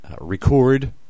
record